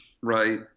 Right